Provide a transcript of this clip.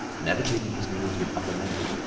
never taking his meals with other members,